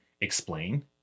explain